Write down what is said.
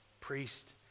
priest